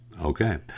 Okay